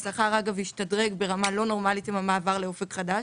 שכרן השתדרג ברמה לא נורמלית עם המעבר לאופק חדש,